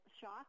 shock